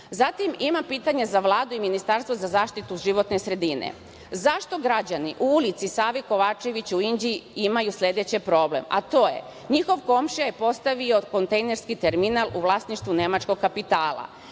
imam pitanje za Vladu i Ministarstvo za zaštitu životne sredine, zašto građani u ulici Save Kovačevića u Inđiji imaju sledeći problem, a to je, njihov komšija je postavio kontejnerski terminal u vlasništvu nemačkog kapitala,